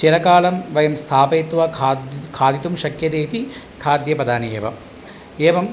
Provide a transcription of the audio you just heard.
चिरकालं वयं स्थापयित्वा खाद् खादितुं शक्यते इति खाद्यपदार्थानि एव एवम्